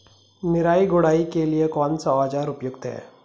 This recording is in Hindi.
निराई गुड़ाई के लिए कौन सा औज़ार उपयुक्त है?